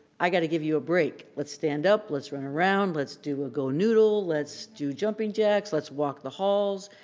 i gotta give you a break, let's stand up, let's run around, let's do a go noodle, let's do jumping jacks, let's walk the halls.